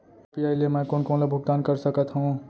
UPI ले मैं कोन कोन ला भुगतान कर सकत हओं?